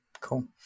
cool